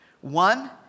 one